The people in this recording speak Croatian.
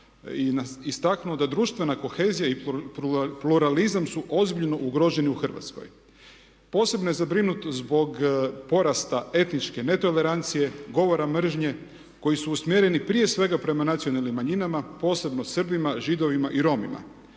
i istaknuo da društvena kohezija i pluralizam su ozbiljno ugroženi u Hrvatskoj. Posebno je zabrinut zbog porasta etničke netolerancije, govora mržnje koji su usmjereni prije svega prema nacionalnim manjinama, posebno Srbima, Židovima i Romima.